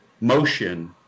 motion